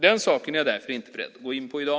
Den saken är jag därför inte beredd att gå in på i dag.